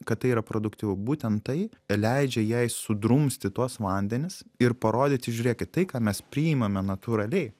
kad tai yra produktyvu būtent tai leidžia jai sudrumsti tuos vandenis ir parodyti žiūrėkit tai ką mes priimame natūraliai